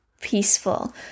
peaceful